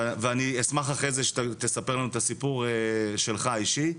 ואני אשמח אחרי זה שאתה תספר לנו את הסיפור שלך האישי.